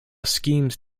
schemes